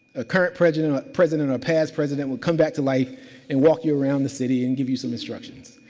ah current president or president or past president would come back to life and walk you around the city and give you some instructions.